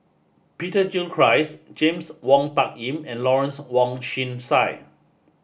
Peter Gilchrist James Wong Tuck Yim and Lawrence Wong Shyun Tsai